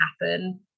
happen